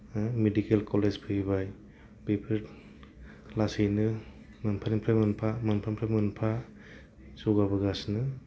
medical college फैबाय बेफोर लासैनो मोनफानिफ्राय मोनफा मोनफानिफ्राय मोनफा जौगाबोगासिनो